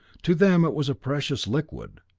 to them it was a precious liquid,